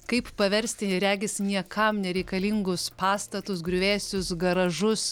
kaip paversti regis niekam nereikalingus pastatus griuvėsius garažus